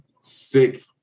sick